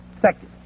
Second